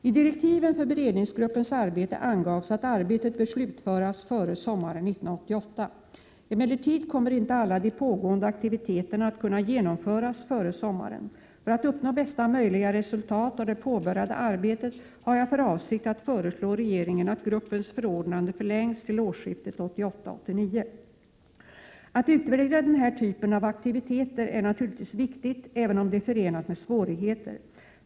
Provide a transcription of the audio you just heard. I direktiven för beredningsgruppens arbete angavs att arbetet bör slutföras före sommaren 1988. Emellertid kommer inte alla de pågående aktiviteterna att kunna genomföras före sommaren. För att uppnå bästa möjliga resultat av det påbörjade arbetet har jag för avsikt att föreslå regeringen att gruppens förordnande förlängs fram till årsskiftet 1988/89. Att utvärdera den här typen av aktiviteter är naturligtvis viktigt, även om det är förenat med svårigheter.